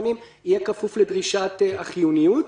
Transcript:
יהיה כפוף לדרישת החיוניות.